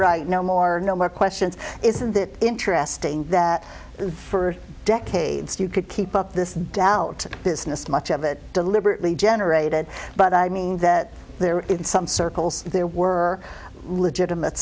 right now more no more questions isn't it interesting that for decades you could keep up this doubt business much of it deliberately generated but i mean that there in some circles there were legitimate